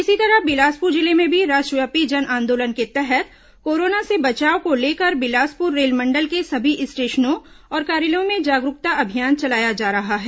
इसी तरह बिलासपुर जिले में भी राष्ट्रव्यापी जन आंदोलन के तहत कोरोना से बचाव को लेकर बिलासपुर रेलमंडल के सभी स्टेशनों और कार्यालयों में जागरूकता अभियान चलाया जा रहा है